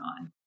on